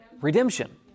redemption